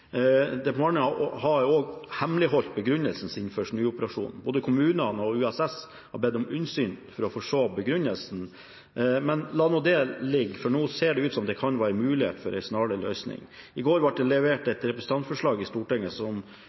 har også hemmeligholdt sin begrunnelse for snuoperasjonen. Både kommunene og USS har bedt om innsyn for å få se begrunnelsen. Men la nå det ligge, for nå ser det ut som om det kan være mulig å få en snarlig løsning. I går ble det levert et representantforslag i Stortinget,